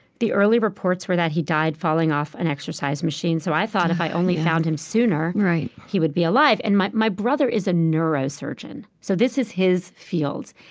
the early reports were that he died falling off an exercise machine, so i thought if i only found him sooner, he would be alive. and my my brother is a neurosurgeon, so this is his field.